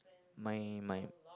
my my